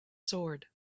sword